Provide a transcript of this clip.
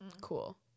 Cool